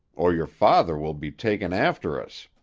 or your father will be takin' after us.